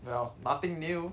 well nothing new